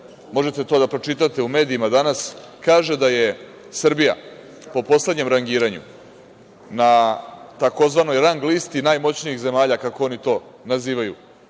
možete to da pročitate u medijima danas, kaže da je Srbija po poslednjem rangiranju na tzv. rang listi najmoćnijih zemalja, kako oni to nazivaju,